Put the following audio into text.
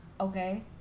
Okay